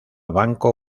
banco